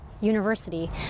university